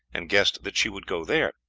and guessed that she would go there.